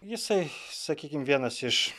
jisai sakykim vienas iš